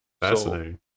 fascinating